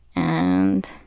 and